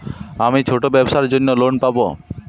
আমি ছোট ব্যবসার জন্য লোন পাব?